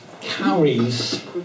Carries